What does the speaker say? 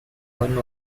one